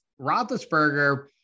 Roethlisberger